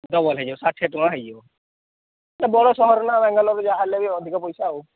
double ହେଇଯିବ ଷାଠିଏ ଟଙ୍କା ହେଇଯିବ ବଡ଼ ସହର ନା ବାଙ୍ଗାଲୋର ଯାହା ହେଲେ ବି ଅଧିକ ପଇସା ଆଉ